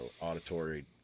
auditory